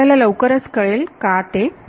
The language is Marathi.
तर आपल्याला लवकरच कळेल का ते